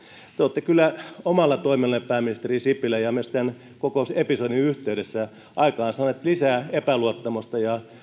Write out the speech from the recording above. te olette kyllä omalla toiminnallanne pääministeri sipilä koko tämän episodin yhteydessä aikaansaanut lisää epäluottamusta ja